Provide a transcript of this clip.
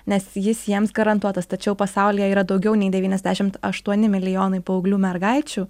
nes jis jiems garantuotas tačiau pasaulyje yra daugiau nei devyniasdešimt aštuoni milijonai paauglių mergaičių